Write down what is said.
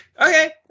okay